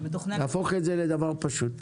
להפוך את זה לדבר פשוט.